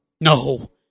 No